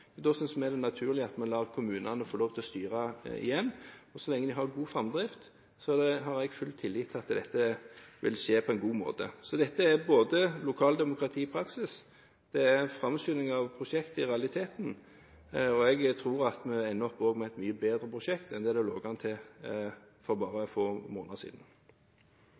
det er naturlig at vi lar kommunene få lov til å styre igjen. Så lenge de har god framdrift har jeg full tillit til at dette vil skje på en god måte. Så dette er både lokaldemokrati i praksis, og det er i realiteten en framskynding av prosjektet. Jeg tror at vi også ender opp med et mye bedre prosjekt enn det det lå an til for bare få måneder siden.